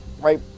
right